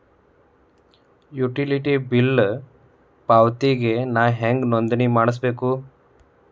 Utility bill ಪಾವತಿಗೆ ನಾ ಹೆಂಗ್ ನೋಂದಣಿ ಮಾಡ್ಸಬೇಕು?